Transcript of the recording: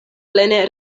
plene